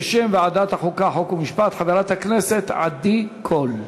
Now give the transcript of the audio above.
בשם ועדת החוקה, חוק ומשפט, חברת הכנסת עדי קול.